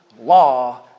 law